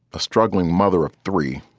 a struggling mother of three.